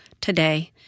today